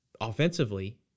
offensively